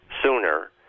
sooner